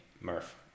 Murph